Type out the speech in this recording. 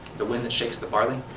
the wind that shakes the barley?